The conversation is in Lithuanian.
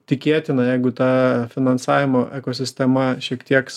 tikėtina jeigu ta finansavimo ekosistema šiek tiek